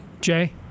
jay